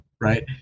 right